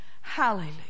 hallelujah